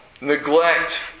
neglect